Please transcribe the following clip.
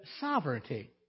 sovereignty